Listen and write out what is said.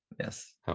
yes